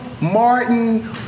Martin